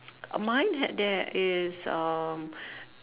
uh mine had there is um